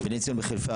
בני ציון בחיפה,